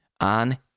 on